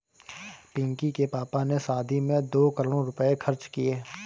पिंकी के पापा ने शादी में दो करोड़ रुपए खर्च किए